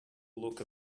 look